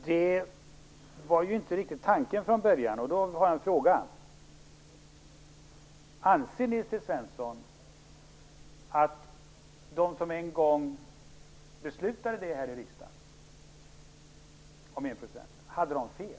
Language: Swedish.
Detta var ju inte riktigt tanken från början, och därför har jag en fråga: Anser Nils T Svensson att de som en gång beslutade om enprocentsmålet i riksdagen hade fel?